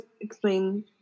explain